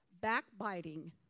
backbiting